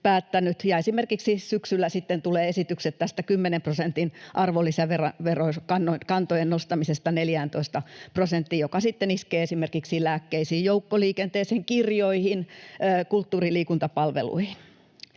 päättänyt, ja esimerkiksi syksyllä sitten tulevat esitykset tästä kymmenen prosentin arvonlisäverokantojen nostamisesta 14 prosenttiin, joka sitten iskee esimerkiksi lääkkeisiin, joukkoliikenteeseen, kirjoihin ja kulttuuri- ja liikuntapalveluihin.